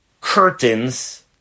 curtains